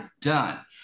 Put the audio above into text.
done